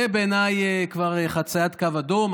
זה בעיניי כבר חציית קו אדום.